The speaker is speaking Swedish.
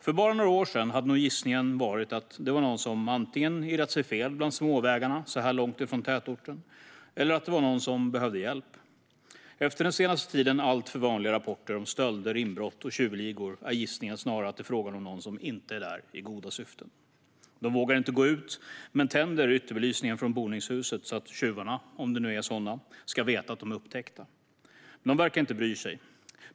För bara några år sedan hade nog gissningen varit antingen att det var någon som irrat sig fel bland småvägarna så här långt från tätorten, eller att det var någon som behövde hjälp. Efter den senaste tidens alltför vanliga rapporter om stölder, inbrott och tjuvligor är gissningen snarare att det är fråga om någon som inte är där i goda syften. De vågar inte gå ut, men de tänder ytterbelysningen från boningshuset så att tjuvarna - om det nu är sådana - ska veta att de är upptäckta. Men de verkar inte bry sig.